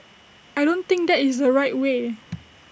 I don't think that is the right way